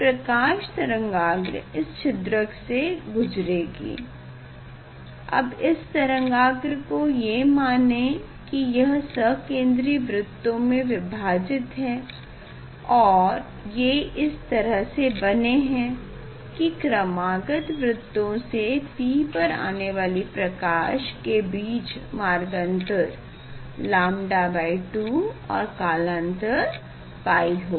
प्रकाश तरंगाग्र इस छिद्रक से गुजरेगी अब इस तरंगाग्र को ये माने की यह सकेंद्री वृत्तों में विभाजित है और ये इस तरह से बने हैं कि दो क्रमागत वृत्तों से P पर आने वाली प्रकाश के बीच मार्गअन्तर λ2 और कलांतर π होगा